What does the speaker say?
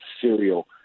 cereal